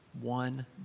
One